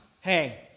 hey